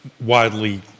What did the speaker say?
widely